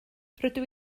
rydw